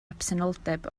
absenoldeb